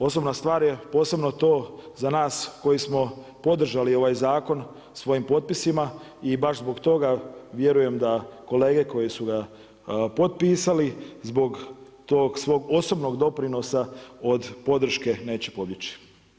Osobna stvar je posebno to za nas koji smo podržali ovaj zakon svojim potpisima i baš zbog toga vjerujem da kolege koje su ga potpisali zbog tog svog osobnog doprinosa od podrške neće pobjeći.